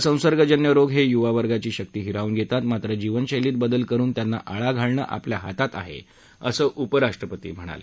असंसर्गजन्य रोग हे युवावर्गाची शक्ती हिरावून घेतात मात्र जीवनशैलीत बदल करुन त्यांना आळा घालणं आपल्या हातात आहे असं उपराष्ट्रपती म्हणाले